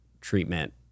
treatment